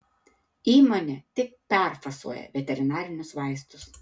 įmonė tik perfasuoja veterinarinius vaistus